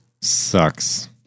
Sucks